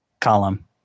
column